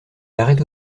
arrête